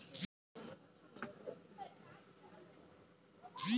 गाँव में हर इतवार मंगर के मछली हट्टा लागेला